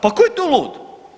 Pa tko je tu lud?